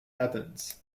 evans